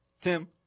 Tim